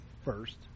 first